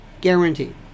Guaranteed